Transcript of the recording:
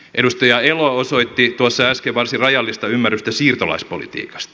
edustaja elo osoitti tuossa äsken varsin rajallista ymmärrystä siirtolaispolitiikasta